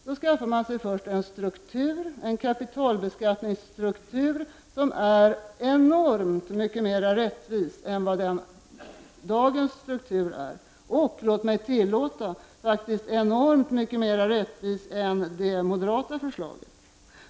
Då skaffar man sig först en struktur, en kapitalbeskattningsstruktur, som är enormt mycket mera rättvis än dagens struktur är och, låt mig tillägga det, enormt mycket mera rättvis än det moderata förslaget.